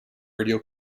radio